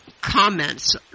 comments